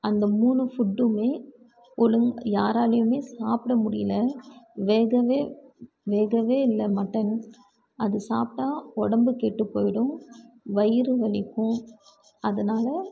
அந்த மூணு ஃபுட்டுமே ஒழுங் யாராலேயுமே சாப்பிட முடியலை வேகவே வேகவே இல்லை மட்டன் அது சாப்பிட்டா உடம்பு கெட்டு போயிடும் வயிறு வலிக்கும் அதனால்